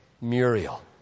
Muriel